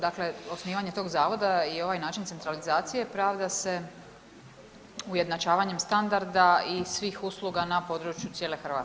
Dakle, osnivanje tog zavoda i ovaj način centralizacije pravda se ujednačavanjem standarda i svih usluga na području cijele Hrvatske.